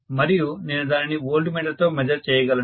మరియు నేను దానిని వోల్ట్ మీటర్ తో మెజర్ చేయగలను